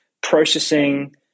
processing